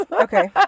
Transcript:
Okay